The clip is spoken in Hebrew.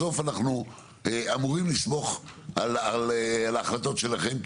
בסוף אנחנו אמורים לסמוך על ההחלטות שלכם,